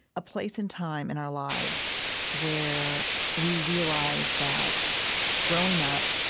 a place and time in our lives where we realize that growing up,